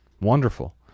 wonderful